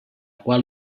qual